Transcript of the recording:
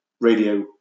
radio